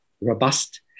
robust